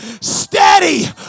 steady